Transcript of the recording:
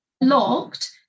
locked